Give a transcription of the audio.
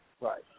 Right